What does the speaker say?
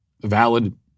valid